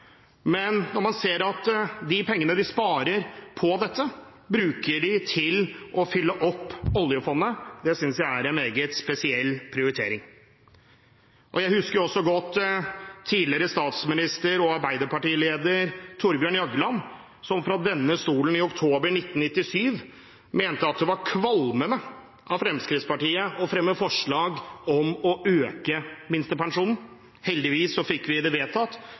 men man ser at de pengene de sparer på dette, bruker de til å fylle opp oljefondet. Det synes jeg er en meget spesiell prioritering. Jeg husker også godt tidligere statsminister og arbeiderpartileder Thorbjørn Jagland som fra denne talerstolen i oktober 1997 mente at det var kvalmende av Fremskrittspartiet å fremme forslag om å øke minstepensjonen. Heldigvis fikk vi det vedtatt,